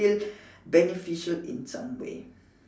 still beneficial in some way